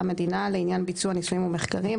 מדינה לעניין ביצוע ניסויים ומחקרים,